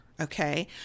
Okay